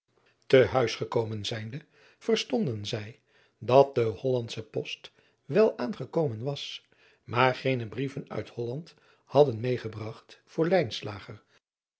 e huis gekomen zijnde verstonden zij dat de ollandsche ost wel aangekomen was maar geene brieven uit olland had medegebragt voor